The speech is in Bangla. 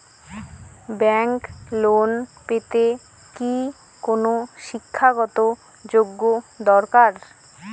ব্যাংক লোন পেতে কি কোনো শিক্ষা গত যোগ্য দরকার?